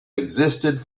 existed